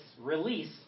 release